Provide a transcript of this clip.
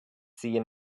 seen